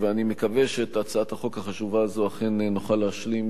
אני מקווה שאת הצעת החוק החשובה הזאת אכן נוכל להשלים